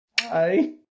Hi